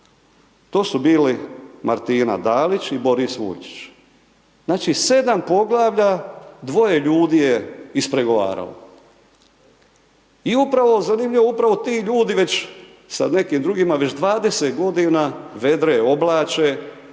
To su bili Martina Dalić i Boris Vujčić. Znači 7 poglavlja, dvoje ljudi je ispregovaralo. I upravo zanimljivo, upravo tu ljudi već sa nekim drugima već 20 g. vedre, oblače